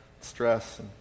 stress